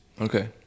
Okay